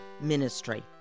ministry